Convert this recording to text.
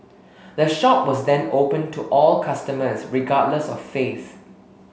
the shop was then opened to all customers regardless of faith